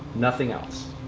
nothing else.